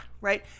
right